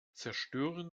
zerstören